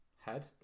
head